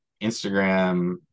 instagram